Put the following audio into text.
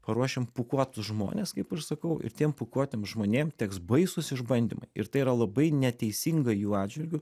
paruošim pūkuotus žmones kaip aš sakau ir tiem pūkuotiem žmonėm teks baisūs išbandymai ir tai yra labai neteisinga jų atžvilgiu